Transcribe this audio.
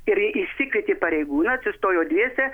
ir ji išsikvietė pareigūną atsistojo dviese